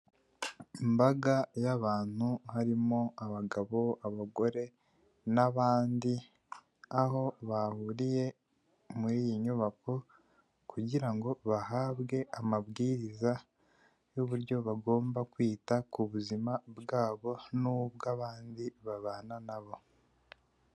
Imbaga y'abantu harimo abagabo n'abagore n'abandi aho bahuriye muri iyi nyubako ,kugira ngo bahabwe amabwiriza y'uburyo bagomba kwita ku buzima bwabo, n'ubw'abandi babana nabo.